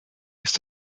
ist